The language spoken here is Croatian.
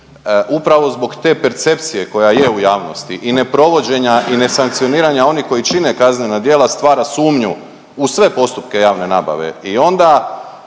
upravo zbog te percepcije koja je u javnosti i neprovođenja i nesankcioniranja onih koji čine kaznena djela stvara sumnju u sve postupke javne nabave